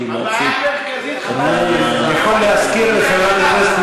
היא אמרה לי שהיא שמחה לעשות את זה בהוראת שעה.